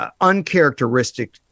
uncharacteristic